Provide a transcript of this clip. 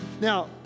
Now